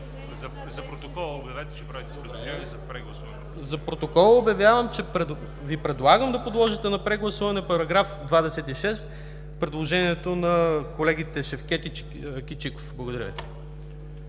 За протокола обявявам, че Ви предлагам да подложите на прегласуване предложението на колегите Шевкед и Кичиков за § 26.